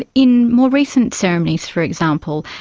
ah in more recent ceremonies, for example,